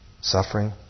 suffering